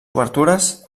obertures